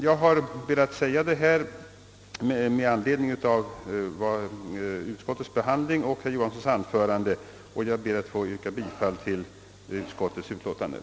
Jag har velat påpeka detta med an ledning av utskottets behandling och herr Johanssons anförande. Jag ber att få yrka bifall till utskottets hemställan.